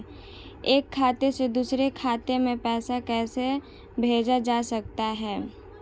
एक खाते से दूसरे खाते में पैसा कैसे भेजा जा सकता है?